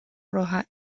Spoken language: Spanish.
roja